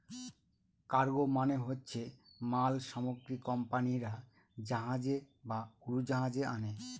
cargo মানে হচ্ছে মাল সামগ্রী কোম্পানিরা জাহাজে বা উড়োজাহাজে আনে